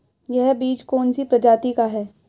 यह बीज कौन सी प्रजाति का है?